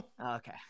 okay